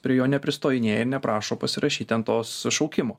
prie jo nepristojinėja ir neprašo pasirašyt ant tos šaukimo